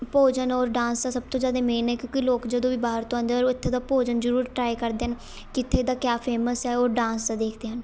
ਭੋਜਨ ਔਰ ਡਾਂਸ ਦਾ ਸਭ ਤੋਂ ਜ਼ਿਆਦੇ ਮੇਨ ਹੈ ਕਿਉਂਕਿ ਲੋਕ ਜਦੋਂ ਵੀ ਬਾਹਰ ਤੋਂ ਆਉਂਦੇ ਉਹ ਇੱਥੇ ਦਾ ਭੋਜਨ ਜ਼ਰੂਰ ਟਰਾਈ ਕਰਦੇ ਹਨ ਕਿੱਥੇ ਦਾ ਕਿਆ ਫੇਮਸ ਹੈ ਉਹ ਡਾਂਸ ਦਾ ਦੇਖਦੇ ਹਨ